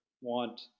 want